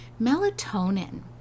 Melatonin